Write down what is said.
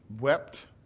wept